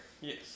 Yes